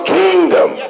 kingdom